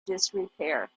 disrepair